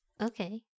Okay